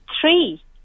three